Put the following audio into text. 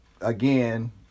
again